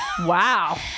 Wow